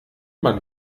man